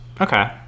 Okay